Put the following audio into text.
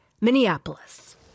Minneapolis